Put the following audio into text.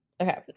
Okay